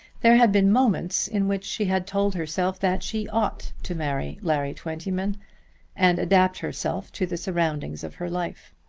there had been moments in which she had told herself that she ought to marry larry twentyman and adapt herself to the surroundings of her life.